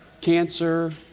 cancer